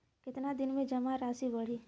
कितना दिन में जमा राशि बढ़ी?